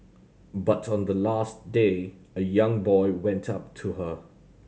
but on the last day a young boy went up to her